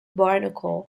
barnacle